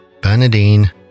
Bernadine